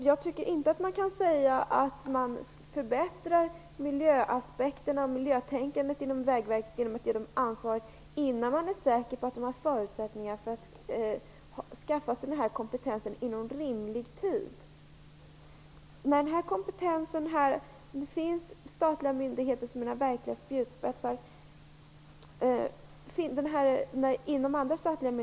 Jag tycker inte att man kan säga att miljöaspekterna och miljötänkandet inom Vägverket förbättras genom att man ger verket ansvaret innan man är säker på att det finns förutsättningar för verket att skaffa sig kompetensen inom rimlig tid. Det finns statliga myndigheter som är verkliga spjutspetsar, och som har kompetensen.